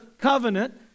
covenant